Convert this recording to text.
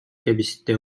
кэбистэ